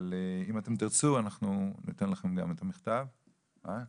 אבל אם אתם תרצו אנחנו ניתן לכם את המכתב גם.